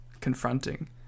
confronting